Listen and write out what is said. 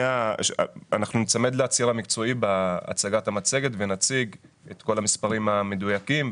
אנחנו ניצמד לציר המקצועי בהצגת המצגת ונציג את כל המספרים המדויקים.